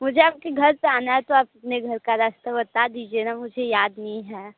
मुझे आपके घर पर आना है तो अपने घर का रास्ता बता दीजिए न मुझे याद नहीं है